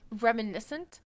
reminiscent